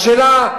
השאלה: